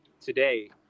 today